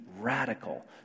Radical